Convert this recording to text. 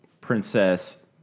Princess